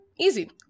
Easy